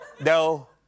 No